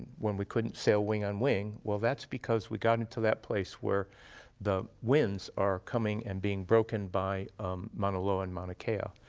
when we couldn't sail wing-on-wing? well, that's because we got into that place where the winds are coming and being broken by um mauna loa and mauna kea, ah